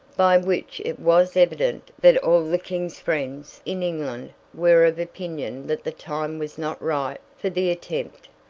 by which it was evident that all the king's friends in england were of opinion that the time was not ripe for the attempt,